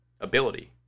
ability